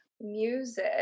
music